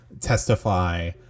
testify